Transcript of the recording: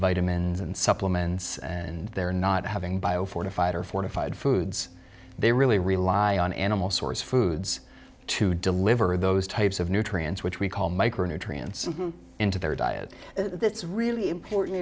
them in and supplements and they're not having bio fortified or fortified foods they really rely on animal source foods to deliver those types of nutrients which we call micronutrients into their diet that's really important